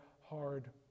hard